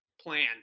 plans